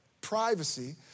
privacy